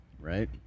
Right